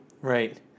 right